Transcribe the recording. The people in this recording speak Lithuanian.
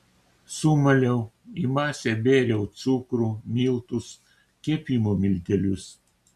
sumaliau į masę bėriau cukrų miltus kepimo miltelius